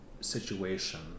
situation